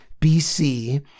BC